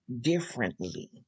differently